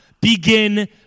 begin